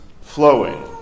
flowing